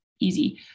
easy